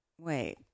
wait